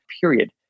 period